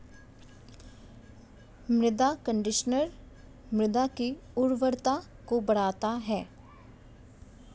मृदा कंडीशनर मृदा की उर्वरता को बढ़ाता है